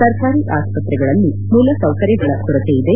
ಸರ್ಕಾರಿ ಆಸ್ತ್ರತ್ರಗಳಲ್ಲಿ ಮೂಲಸೌಕರ್ಯಗಳ ಕೊರತೆಯಿದೆ